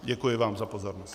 Děkuji vám za pozornost.